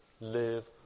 live